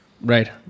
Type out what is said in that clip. Right